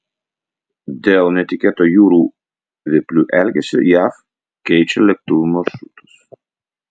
dėl netikėto jūrų vėplių elgesio jav keičia lėktuvų maršrutus